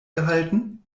gehalten